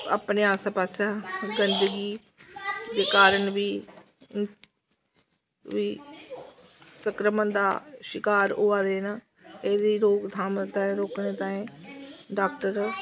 अपने आस्सै पास्सै गंदगी दे कारण बी सक्रमण दा शकार होआ दे न एहदी रोकथाम ते रोकने ताईं डाक्टर